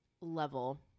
level